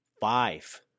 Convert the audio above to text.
five